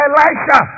Elisha